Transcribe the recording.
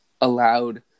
allowed